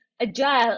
Agile